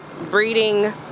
Breeding